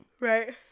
Right